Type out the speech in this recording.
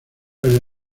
desde